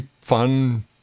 fun